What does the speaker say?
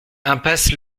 impasse